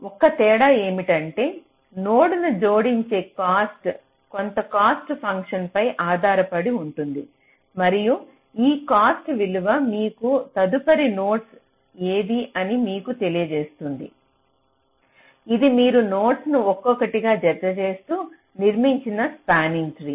ఒకే తేడా ఏమిటంటే నోడ్ను జోడించే కాస్ట్ కొంత కాస్ట్ ఫంక్షన్ పై ఆధారపడి ఉంటుంది మరియు ఈ కాస్ట్ విలువ మీకు తదుపరి నోడ్ ఏది అని మీకు తెలియజేస్తుంది ఇది మీరు నోడ్స్ను ఒక్కొక్కటిగా జతచేస్తు నిర్మించిన స్పానింగ్ ట్రీ